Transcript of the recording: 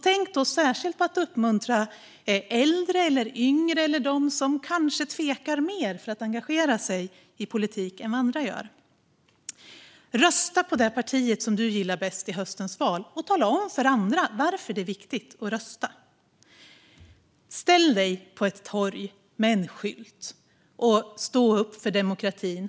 Tänk då särskilt på att uppmuntra äldre eller yngre eller de som kanske tvekar mer när det gäller att engagera sig i politik än andra gör. Rösta på det parti du gillar bäst i höstens val, och tala om för andra varför det är viktigt att rösta! Ställ dig på ett torg med en skylt! Stå upp för demokratin!